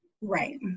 right